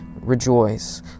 Rejoice